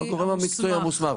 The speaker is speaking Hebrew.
הגורם המקצועי המוסמך.